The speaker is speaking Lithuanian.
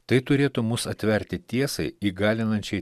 tai turėtų mus atverti tiesai įgalinančiai